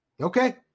Okay